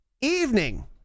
evening